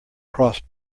cross